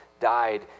died